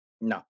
No